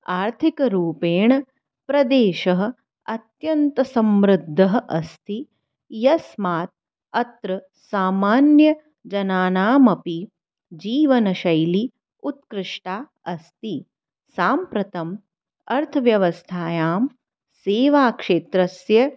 आर्थिकरूपेण प्रदेशः अत्यन्तसमृद्धः अस्ति यस्मात् अत्र सामान्यजनानाम् अपि जीवनशैली उत्कृष्टा अस्ति साम्प्रतम् अर्थव्यवस्थायां सेवाक्षेत्रस्य